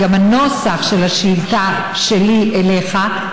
וגם הנוסח של השאילתה שלי אליך,